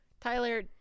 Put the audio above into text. Tyler